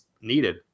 needed